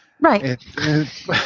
Right